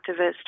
activist